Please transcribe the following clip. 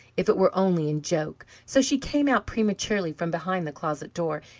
if it were only in joke so she came out prematurely from behind the closet door,